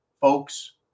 folks